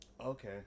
Okay